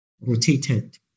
rotated